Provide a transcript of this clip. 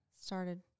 started